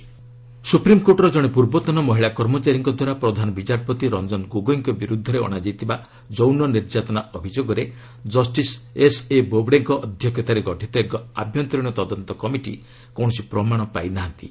SC CJI inquiry ସୁପ୍ରିମ୍କୋର୍ଟର ଜଣେ ପ୍ରର୍ବତନ ମହିଳା କର୍ମଚାରୀଙ୍କଦ୍ୱାରା ପ୍ରଧାନ ବିଚାରପତି ରଞ୍ଜନ ଗୋଗୋଇଙ୍କ ବିରୁଦ୍ଧରେ ଅଣାଯାଇଥିବା ଯୌନ ନିର୍ଯାତନା ଅଭିଯୋଗରେ ଜଷ୍ଟିସ୍ ଏସ୍ଏ ବୋବ୍ଡେଙ୍କ ଅଧ୍ୟକ୍ଷତାରେ ଗଠିତ ଏକ ଆଭ୍ୟନ୍ତରୀଣ ତଦନ୍ତ କମିଟି କୌଣସି ପ୍ରମାଣ ପାଇ ନାହାନ୍ତି